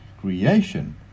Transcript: creation